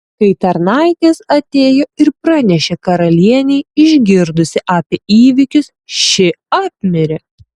kai tarnaitės atėjo ir pranešė karalienei išgirdusi apie įvykius ši apmirė